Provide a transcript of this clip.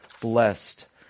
blessed